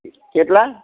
કેટલા